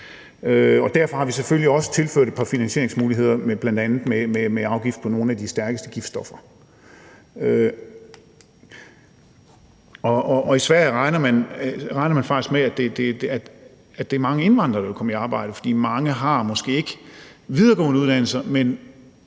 derfor har vi selvfølgelig også tilført et par finansieringsmuligheder med bl.a. afgift på nogle af de stærkeste giftstoffer. Og i Sverige regner man faktisk med, at det er mange indvandrere, der vil komme i arbejde, fordi mange måske ikke har videregående uddannelser,